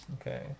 Okay